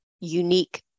unique